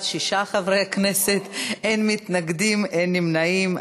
בעד, שישה חברי כנסת, אין מתנגדים, אין נמנעים.